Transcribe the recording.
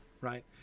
right